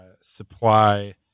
supply